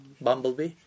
Bumblebee